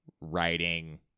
writing